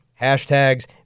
hashtags